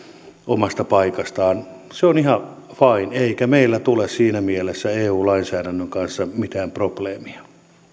omasta paikastaan se on ihan fine eikä meillä tule siinä mielessä eu lainsäädännön kanssa mitään probleemia